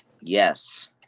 Yes